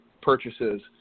purchases